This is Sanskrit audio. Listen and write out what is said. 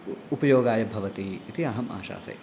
उ उपयोगाय भवति इति अहम् आशासे